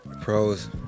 Pros